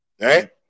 right